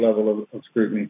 level of scrutiny